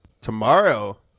tomorrow